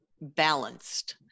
balanced